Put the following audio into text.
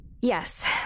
Yes